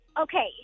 Okay